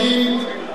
יש משבר,